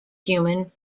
human